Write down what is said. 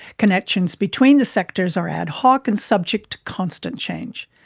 connections between the sectors are ad hoc and subject to constant change,